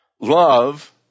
Love